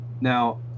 Now